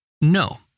No